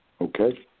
Okay